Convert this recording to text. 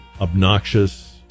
obnoxious